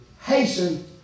hasten